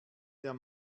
der